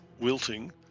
wilting